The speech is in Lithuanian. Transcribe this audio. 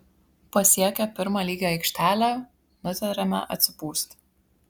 pasiekę pirmą lygią aikštelę nutarėme atsipūsti